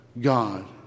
God